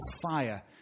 fire